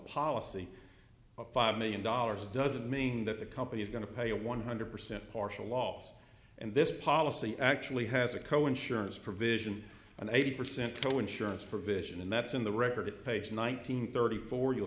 policy of five million dollars doesn't mean that the company is going to pay a one hundred percent partial loss and this policy actually has a co insurance provision an eighty percent co insurance provision and that's in the record to page one nine hundred thirty four you'll